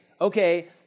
Okay